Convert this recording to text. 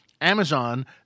Amazon